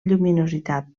lluminositat